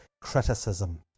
criticism